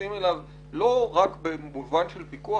נכנסים לנושא לא רק במובן של פיקוח,